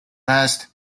passed